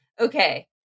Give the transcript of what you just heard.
Okay